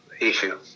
issue